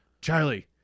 Charlie